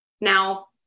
Now